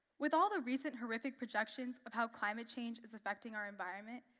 with all the recent horrific projections of how climate change is affecting our environment,